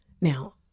Now